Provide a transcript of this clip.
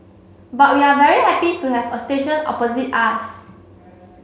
but we are very happy to have a station opposite us